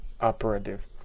operative